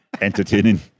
entertaining